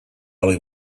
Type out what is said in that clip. only